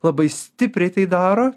labai stipriai tai daro